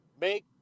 Make